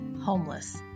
homeless